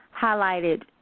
highlighted